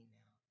now